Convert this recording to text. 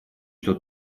что